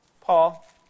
Paul